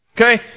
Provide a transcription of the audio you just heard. Okay